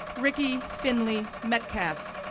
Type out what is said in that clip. ricky finley metcalf,